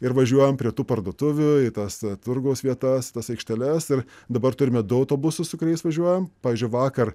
ir važiuojam prie tų parduotuvių į tas turgaus vietas tas aikšteles ir dabar turime du autobusus su kuriais važiuojam pavyzdžiui vakar